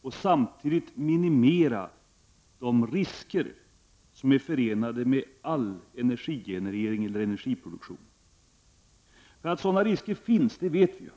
och samtidigt minimera de risker som är förenade med all energigenerering eller energiproduktion. Att sådana risker finns vet vi.